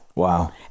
Wow